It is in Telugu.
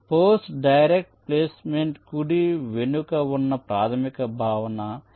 ఫోర్స్ డైరెక్ట్ ప్లేస్మెంట్ కుడి వెనుక ఉన్న ప్రాథమిక భావన ఇది